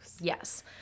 Yes